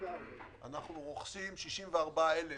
אנחנו רוכשים 64,000